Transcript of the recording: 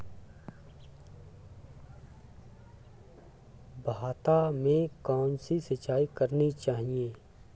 भाता में कौन सी सिंचाई करनी चाहिये?